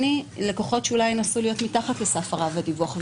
לקוחות שאולי ינסו להיות מתחת לסף רף הדיווח.